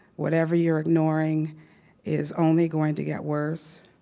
whatever you're ignoring is only going to get worse.